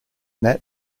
that